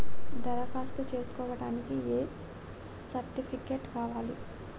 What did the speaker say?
దరఖాస్తు చేస్కోవడానికి ఏ సర్టిఫికేట్స్ కావాలి?